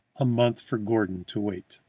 a month for gordon to wait.